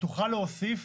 תוכל להוסיף